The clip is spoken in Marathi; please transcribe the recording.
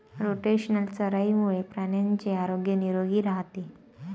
रोटेशनल चराईमुळे प्राण्यांचे आरोग्य निरोगी राहते